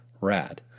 Rad